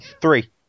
Three